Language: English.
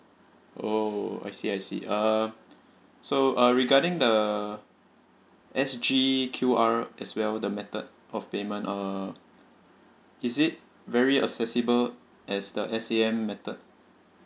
oh I see I see uh so uh regarding the S G Q R as well the method of payment uh is it very accessible as the S A M method